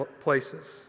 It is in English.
places